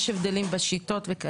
יש הבדלים בשיטות.